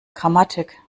grammatik